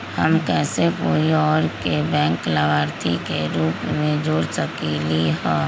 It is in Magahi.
हम कैसे कोई और के बैंक लाभार्थी के रूप में जोर सकली ह?